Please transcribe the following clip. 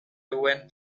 went